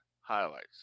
highlights